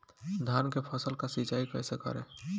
धान के फसल का सिंचाई कैसे करे?